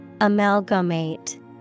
Amalgamate